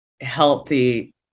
healthy